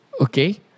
Okay